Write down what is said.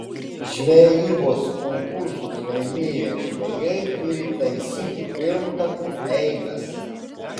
žvejybos konkursus laimėję žvejai turi taisyti pirmtakų eibes